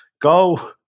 go